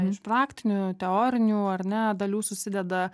iš praktinių teorinių ar ne dalių susideda